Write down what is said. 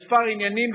בכמה עניינים,